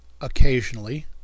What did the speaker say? occasionally